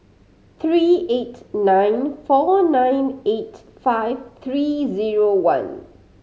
three eight nine four nine eight five three zero one